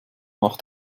macht